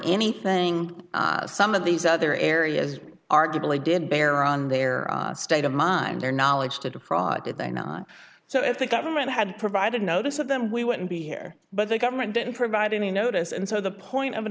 anything some of these other areas arguably did bear on their state of mind their knowledge to defraud did they not so if the government had provided notice of them we wouldn't be here but the government didn't provide any notice and so the point of an